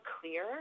clear